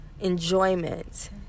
enjoyment